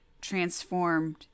transformed